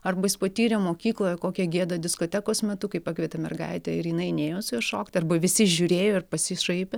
arba jis patyrė mokykloj kokią gėdą diskotekos metu kai pakvietė mergaitę ir jinai nėjo su juo šokti arba visi žiūrėjo ir pasišaipė